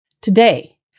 Today